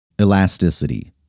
Elasticity